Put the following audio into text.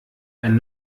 ein